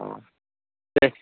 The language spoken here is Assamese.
অঁ দে